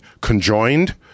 conjoined